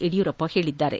ಯಡಿಯೂರಪ್ಪ ಹೇಳಿದ್ದಾರೆ